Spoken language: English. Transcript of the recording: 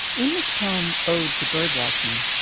in his poem ode to bird watching,